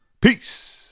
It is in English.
Peace